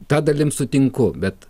ta dalim sutinku bet